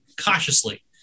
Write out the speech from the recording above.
cautiously